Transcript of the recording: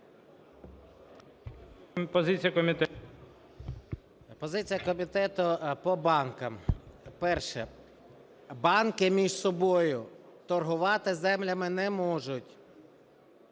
Позиція комітету по банкам. Перше. Банки між собою торгувати землями не можуть.